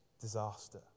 disaster